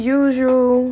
usual